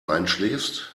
einschläfst